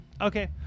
okay